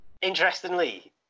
interestingly